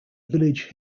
village